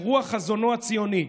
ברוח חזונו הציוני,